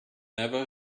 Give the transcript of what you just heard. never